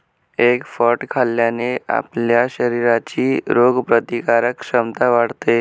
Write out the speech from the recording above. egg फळ खाल्ल्याने आपल्या शरीराची रोगप्रतिकारक क्षमता वाढते